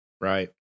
Right